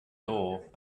door